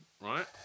right